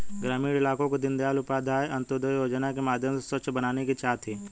ग्रामीण इलाकों को दीनदयाल उपाध्याय अंत्योदय योजना के माध्यम से स्वच्छ बनाने की चाह थी